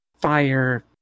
fire